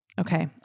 Okay